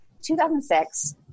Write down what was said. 2006